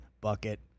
bucket